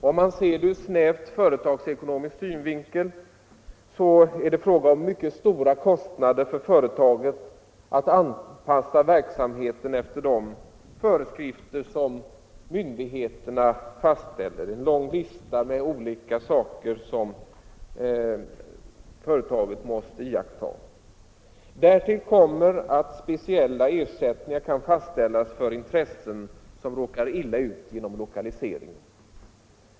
Om man ser det ur snävt företagsekonomisk synvinkel har företaget mycket stora kostnader för att anpassa verksamheten efter de föreskrifter som myndigheterna fastställer; det är en lång lista med olika saker som företaget måste iaktta. Därtill kommer att speciella ersättningar kan fastställas för intressen som råkar illa ut genom lokaliseringen.